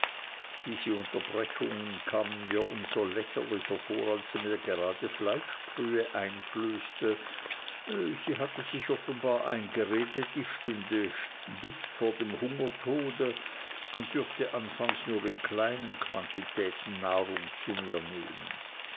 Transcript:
diese unterbrechungen kamen mir umso lächerlicher vor als sie mir gerade fleischbrühe einflößte sie hatte sich offenbar eingeredet ich stünde dicht vor dem hungertode und dürfte anfangs nur in kleinen quantitäten nahrung zu mir nehmen